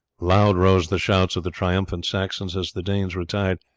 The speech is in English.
loud rose the shouts of the triumphant saxons as the danes retired,